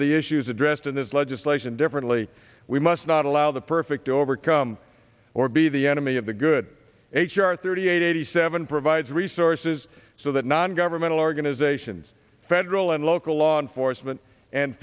of the issues address in this legislation differently we must not allow the perfect to overcome or be the enemy of the good h r thirty eight eighty seven provides resources so that non governmental organizations federal and local law enforcement and